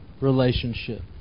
relationship